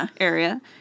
area